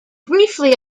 briefly